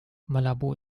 malabo